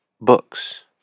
books